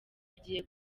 bigiye